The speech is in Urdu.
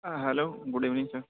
hello good evening sir